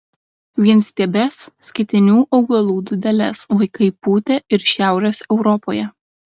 vienstiebes skėtinių augalų dūdeles vaikai pūtė ir šiaurės europoje